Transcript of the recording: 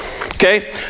Okay